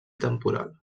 temporal